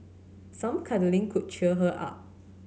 some cuddling could cheer her up